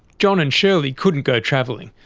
john and shirley couldn't go travelling.